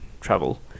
travel